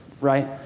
right